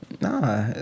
Nah